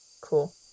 cool